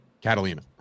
Catalina